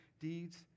deeds